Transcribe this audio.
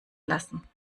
lassen